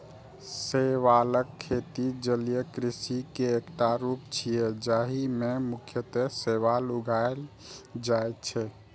शैवालक खेती जलीय कृषि के एकटा रूप छियै, जाहि मे मुख्यतः शैवाल उगाएल जाइ छै